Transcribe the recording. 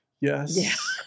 Yes